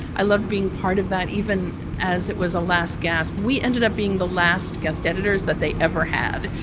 i love being part of that even as it was a last gasp. we ended up being the last guest editors that they ever had.